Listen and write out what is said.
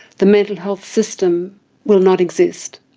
the mental health system will not exist.